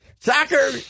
soccer